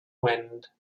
wind